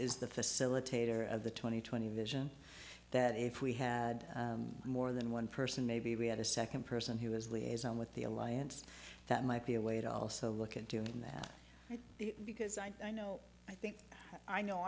is the facilitator of the twenty twenty vision that if we had more than one person maybe we had a second person who was liaison with the alliance that might be a way to also look at doing that because i know i think i know